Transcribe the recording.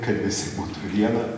kad visi būti viena